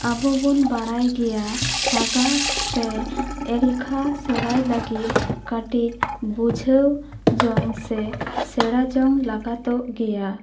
ᱟᱵᱚ ᱵᱚᱱ ᱵᱟᱲᱟᱭ ᱜᱮᱭᱟ ᱥᱟᱜᱟᱲ ᱥᱮ ᱮᱞᱠᱷᱟ ᱥᱮᱬᱟᱭ ᱞᱟᱹᱜᱤᱫ ᱠᱟᱹᱴᱤᱡ ᱵᱩᱡᱷᱟᱹᱣ ᱡᱚᱝ ᱥᱮ ᱥᱮᱬᱟ ᱡᱚᱝ ᱞᱟᱜᱟᱫᱚᱜ ᱜᱮᱭᱟ